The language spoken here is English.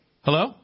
Hello